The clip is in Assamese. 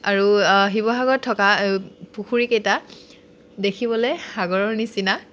আৰু শিৱসাগৰত থকা পুখুৰীকেইটা দেখিবলৈ সাগৰৰ নিচিনা